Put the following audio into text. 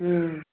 हँ